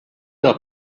are